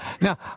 Now